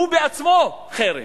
הוא בעצמו חרם.